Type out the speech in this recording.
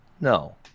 No